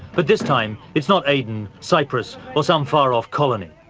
but this time it's not aden, cyprus or some far off colony.